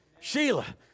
Sheila